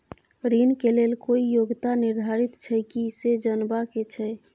ऋण के लेल कोई योग्यता निर्धारित छै की से जनबा के छै?